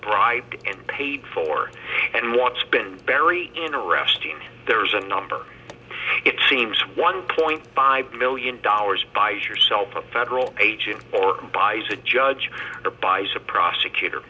bribed and paid for and what's been buried in arresting there is a number it seems one point five million dollars buys yourself a federal agent or buys a judge the buys a prosecutor